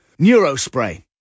Neurospray